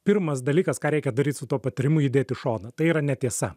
pirmas dalykas ką reikia daryt su tuo patyrimu jį dėt šoną tai yra netiesa